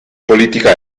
politica